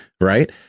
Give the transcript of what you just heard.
Right